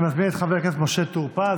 אני מזמין את חבר הכנסת משה טור פז.